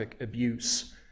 abuse